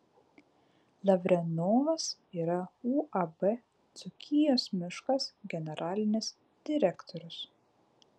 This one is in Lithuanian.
lavrenovas yra uab dzūkijos miškas generalinis direktorius